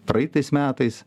praeitais metais